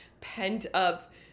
pent-up